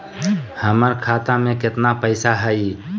हमर खाता मे केतना पैसा हई?